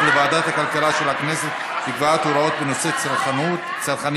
לוועדת הכלכלה של הכנסת בקביעת הוראות בנושאים צרכניים),